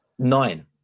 Nine